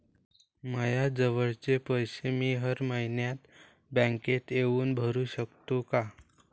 मायाजवळचे पैसे मी हर मइन्यात बँकेत येऊन भरू सकतो का?